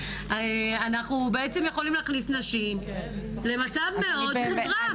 אנחנו בעצם יכולים להכניס נשים למצב מאוד מוטרף.